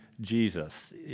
Jesus